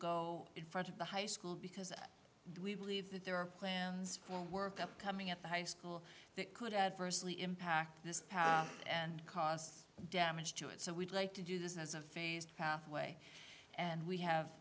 go in front of the high school because we believe that there are plans for work upcoming at the high school that could adversely impact this path and cause damage to it so we'd like to do this as a phased pathway and we have